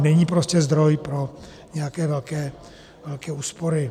Není prostě zdroj pro nějaké velké úspory.